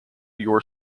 your